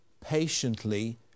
patiently